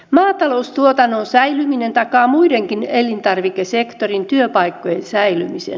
maataloustuotannon säilyminen takaa muidenkin elintarvikesektorin työpaikkojen säilymisen